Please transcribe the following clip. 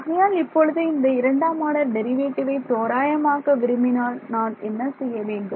ஆகையால் இப்பொழுது இந்த இரண்டாம் ஆர்டர் டெரிவேட்டிவ் ஐ தோராயமாக்க விரும்பினால் நான் என்ன செய்ய வேண்டும்